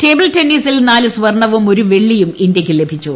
table ടെന്നീസിൽ നാല് സ്വർണവും ഒരു വെള്ളിയും ഇന്ത്യയ്ക്ക് ലഭിച്ചു